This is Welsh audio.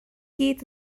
gyd